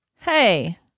Hey